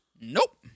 Nope